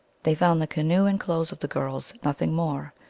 they found the canoe and clothes of the girls nothing more.